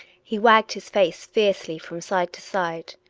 he wagged his face fiercely from side to side.